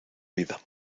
vida